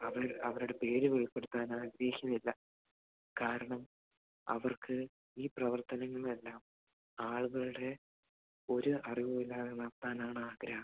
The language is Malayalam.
അത് അവരുടെ പേര് വെളിപ്പെടുത്താൻ ഉദ്ദേശമില്ല കാരണം അവർക്ക് ഈ പ്രവർത്തനങ്ങളെല്ലാം ആളുകളുടെ ഒരു അറിവും ഇല്ലാതെ നടത്താനാണ് ആഗ്രഹം